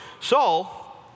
Saul